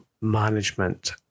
management